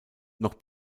noch